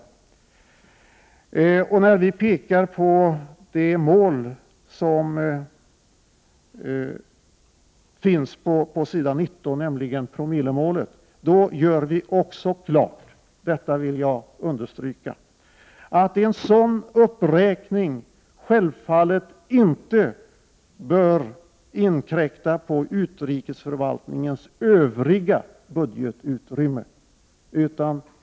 När utskottsmajoriteten pekar på promillemålet, som nämns på s. 19 i betänkandet, gör vi klart — det vill jag understryka — att en sådan uppräkning självfallet inte bör inkräkta på utrikesförvaltningens budgetutrymme.